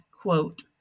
quote